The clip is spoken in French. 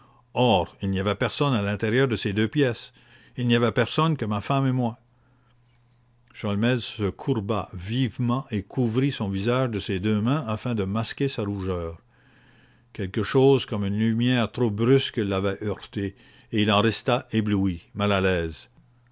or il n'y avait personne à l'intérieur de ces deux pièces le boudoir et la chambre il n'y avait personne que ma femme et que moi sholmès se courba vivement et couvrit son visage de ses deux mains afin de masquer sa rougeur quelque chose comme une lumière trop brusque l'avait heurté et il en restait ébloui mal à l'aise